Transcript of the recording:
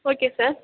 okay sir